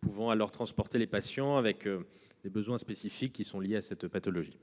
pouvant transporter les patients avec les besoins spécifiques liés à cette pathologie.